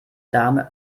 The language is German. dame